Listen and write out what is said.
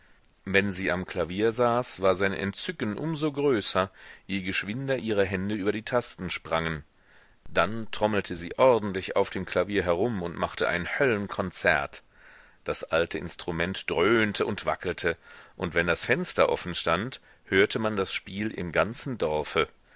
wenn sie am klavier saß war sein entzücken um so größer je geschwinder ihre hände über die tasten sprangen dann trommelte sie ordentlich auf dem klavier herum und machte ein höllenkonzert das alte instrument dröhnte und wackelte und wenn das fenster offen stand hörte man das spiel im ganzen dorfe